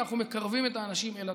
אנחנו מקרבים את האנשים אל התורה.